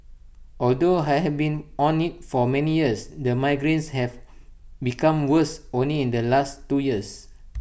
although I have been on IT for many years the migraines have become worse only in the last two years